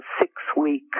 six-week